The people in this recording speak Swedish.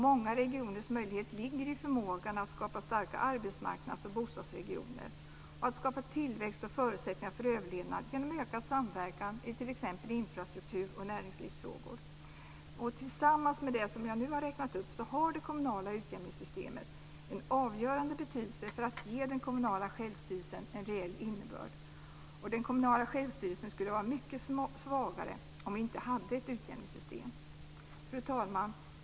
Många regioners möjlighet ligger i förmågan att skapa starka arbetsmarknads och bostadsregioner och att skapa tillväxt och förutsättningar för överlevnad genom ökad samverkan i t.ex. infrastruktur och näringslivsfrågor. Tillsammans med det som jag nu har räknat upp har det kommunala utjämningssystemet en avgörande betydelse för att ge den kommunala självstyrelsen en reell innebörd. Den kommunala självstyrelsen skulle vara mycket svagare om vi inte hade ett utjämningssystem. Fru talman!